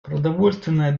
продовольственная